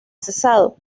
cesado